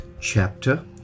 chapter